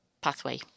pathway